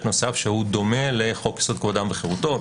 חדש שדומה לחוק יסוד: כבוד האדם וחירותו,